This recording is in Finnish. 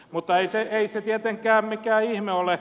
mutta ei se tietenkään mikään ihme ole